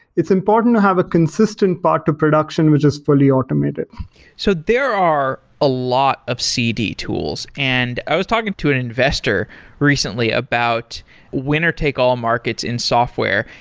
it's important to have a consistent part of production, which is fully automated so there are a lot of cd tools. and i was talking to an investor recently about winner take-all markets in software,